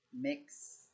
mix